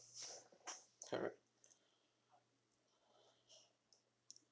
correct